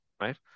Right